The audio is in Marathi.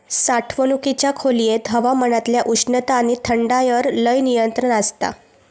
साठवणुकीच्या खोलयेत हवामानातल्या उष्णता आणि थंडायर लय नियंत्रण आसता